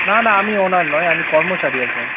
না না আমি ওনার নয় আমি কর্মচারী একজন